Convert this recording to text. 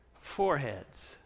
foreheads